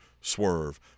Swerve